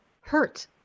hurt